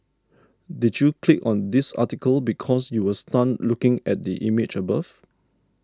did you click on this article because you were stunned looking at the image above